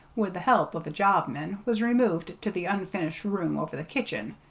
with the help of a jobman, was removed to the unfinished room over the kitchen,